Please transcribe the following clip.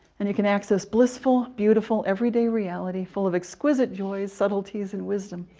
and you can access blissful, beautiful everyday reality full of exquisite joys, subtleties, and wisdom.